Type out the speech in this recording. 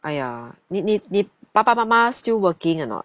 !aiya! 你你你爸爸妈妈 still working or not